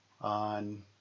on